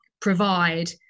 provide